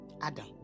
Adam